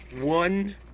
one